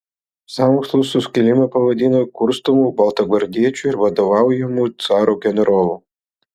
sąmokslu sukilimą pavadino kurstomu baltagvardiečių ir vadovaujamu caro generolų